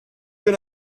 been